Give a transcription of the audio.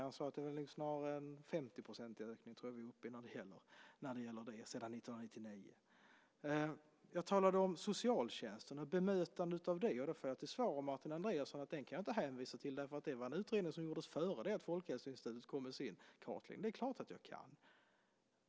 Han sade att det nog snarare var en 50-procentig ökning sedan 1999. Jag talade om socialtjänsten och bemötandet där. Då får jag till svar av Martin Andreasson att den kan jag inte hänvisa till, för det var en utredning som gjordes före det att Folkhälsoinstitutet kom med sin kartläggning. Det är klart att jag kan.